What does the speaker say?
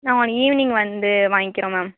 நான் ஈவினிங் வந்து வாங்கிக்கிறோம் மேம்